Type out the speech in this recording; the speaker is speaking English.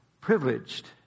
privileged